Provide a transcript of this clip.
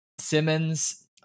simmons